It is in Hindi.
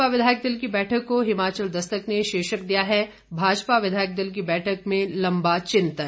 भाजपा विधायक दल की बैठक को हिमाचल दस्तक ने शीर्षक दिया है भाजपा विधायक दल की बैठक में लंबा चिंतन